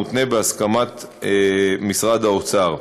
המותנה בהסכמת משרד האוצר.